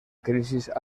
crisis